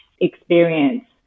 experience